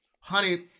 Honey